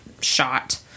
shot